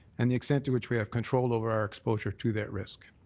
and the extent to which we have control over our exposure to that risk.